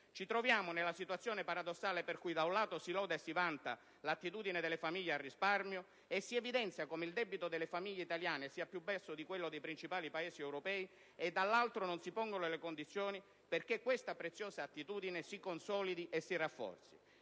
Ci troviamo nella situazione paradossale per cui, da un lato, si loda e si vanta l'attitudine delle famiglie al risparmio e si evidenzia come il debito delle famiglie italiane sia più basso di quello dei principali Paesi europei e, dall'altro, non si pongono le condizioni perché questa preziosa attitudine si consolidi e si rafforzi.